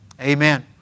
Amen